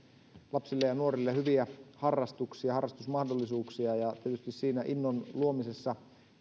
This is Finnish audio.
lapsille ja nuorille hyviä harrastusmahdollisuuksia ja tietysti siinä innon luomisessa